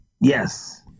Yes